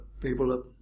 people